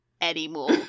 anymore